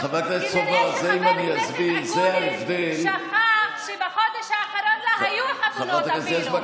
כנראה שחבר הכנסת אקוניס שכח שבחודש האחרון לא היו חתונות אפילו,